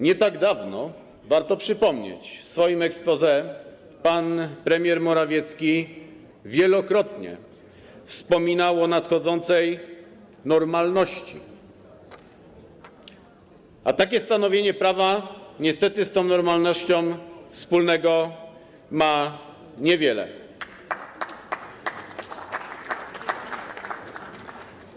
Nie tak dawno - warto przypomnieć - w swoim exposé pan premier Morawiecki wielokrotnie wspominał o nadchodzącej normalności, a takie stanowienie prawa niestety z tą normalnością ma niewiele wspólnego.